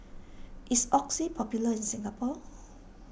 is Oxy popular in Singapore